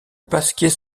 pasquier